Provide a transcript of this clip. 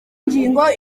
nyigo